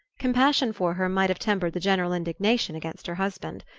compassion for her might have tempered the general indignation against her husband.